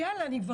אני הייתי